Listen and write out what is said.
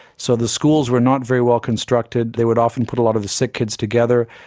so the schools were not very well constructed, they would often put a lot of the sick kids together.